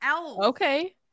Okay